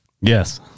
Yes